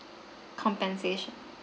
compensation